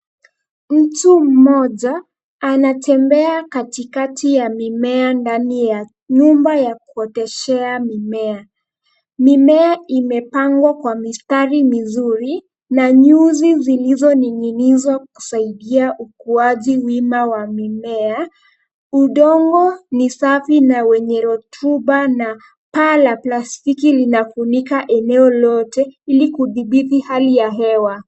Mtu mmoja anatembea katikati ya mimea ndani ya nyumba ya kuoteshea mimea. Mimea imepangwa kwa mistari mizuri na nyuzi zilizoning'inizwa kusaidia ukuaji wima wa mimea. Udongo ni safi na wenye rotuba na paa la plastiki linafunika eneo lote ili kudhibiti hali ya hewa.